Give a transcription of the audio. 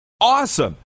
Awesome